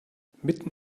mitten